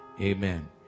Amen